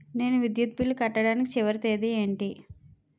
నేను విద్యుత్ బిల్లు కట్టడానికి చివరి తేదీ ఏంటి?